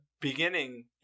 beginning